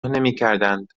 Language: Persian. نمیکردند